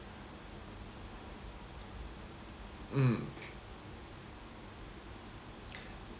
mm